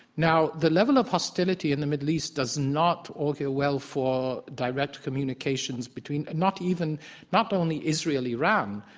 now, the level of hostility in the middle east does not augur well for direct communications between and not even not only israel-iran,